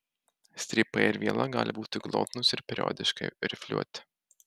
strypai ir viela gali būti glotnūs ir periodiškai rifliuoti